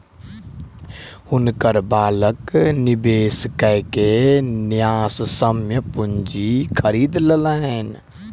हुनकर बालक निवेश कय के न्यायसम्य पूंजी खरीद लेलैन